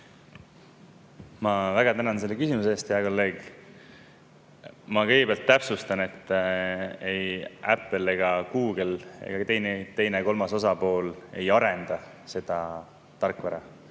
Ma väga tänan selle küsimuse eest, hea kolleeg. Ma kõigepealt täpsustan, et ei Apple ega Google ega veel mõni kolmas osapool ei arenda seda tarkvara